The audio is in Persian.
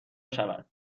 شود